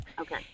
Okay